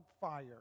fire